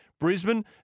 Brisbane